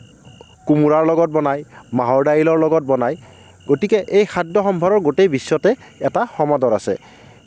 কোমোৰাৰ লগত বনায় মাহৰ দাইলৰ লগত বনায় গতিকে এই খাদ্যসম্ভাৰৰ গোটেই বিশ্বতে এটা সমাদৰ আছে